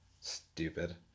stupid